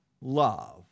love